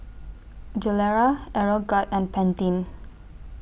Gilera Aeroguard and Pantene